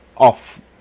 off